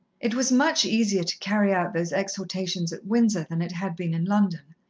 it was much easier to carry out those exhortations at windsor than it had been in london.